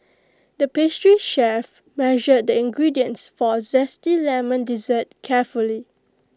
the pastry chef measured the ingredients for A Zesty Lemon Dessert carefully